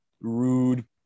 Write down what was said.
rude